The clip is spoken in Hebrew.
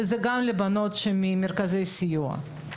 וזה גם עבור הבנות ממרכזי הסיוע.